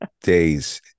days